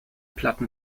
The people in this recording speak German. platten